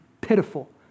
pitiful